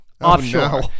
offshore